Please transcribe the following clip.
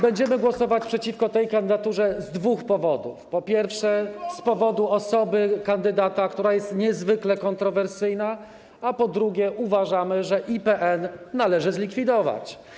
Będziemy głosować przeciwko tej kandydaturze z dwóch powodów: po pierwsze, z powodu osoby kandydata, która jest niezwykle kontrowersyjna, a po drugie, dlatego że uważamy, że IPN należy zlikwidować.